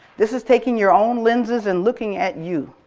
this is taking your own lenses and looking at you